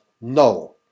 No